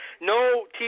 No